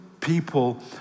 people